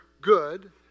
good